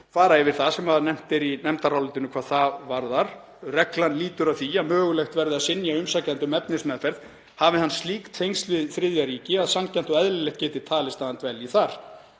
fara yfir það sem nefnt er í nefndarálitinu hvað það varðar. Reglan lýtur að því að mögulegt verði að synja umsækjanda um efnismeðferð hafi hann slík tengsl við þriðja ríki að „sanngjarnt og eðlilegt“ geti talist að hann dvelji þar,